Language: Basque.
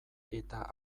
eta